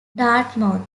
dartmouth